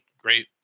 great